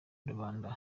rubanda